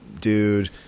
dude